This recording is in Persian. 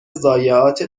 ضایعات